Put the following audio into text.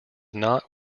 not